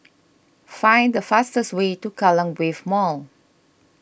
find the fastest way to Kallang Wave Mall